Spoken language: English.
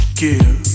give